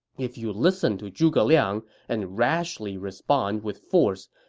if you listen to zhuge liang and rashly respond with force,